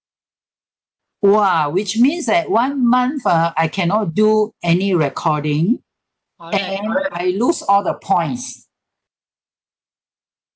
!wah! which means that one month ah I cannot do any recording and I lose all the points